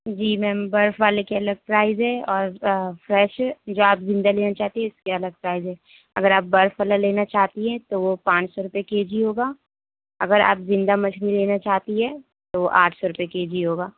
جی ma'am برف والے کے الگ پرائز ہے اور فریش یا آپ زندہ لینا چاہتی ہے اس کے الگ پرائز ہے اگر آپ برف والا لینا چاہتی ہیں تو وہ پانچ سو روپئے کے جی ہوگا اگر آپ زندہ مچھلی لینا چاہتی ہے تو آٹھ سو روپئے کے جی ہوگا